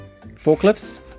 Forklifts